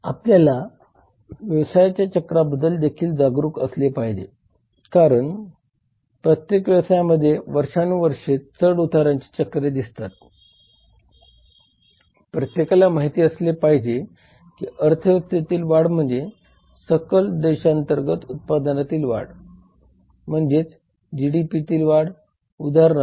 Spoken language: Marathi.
आपल्या व्यवसायावर परिणाम करणारी कायद्याची उदाहरणे म्हणजे बिल वाढवणे आणि मंजूर करणे मूल्यवर्धित आणि सेवा कर सादर करणे ही आहेत